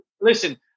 listen